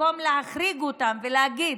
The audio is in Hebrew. במקום להחריג אותם ולהגיד: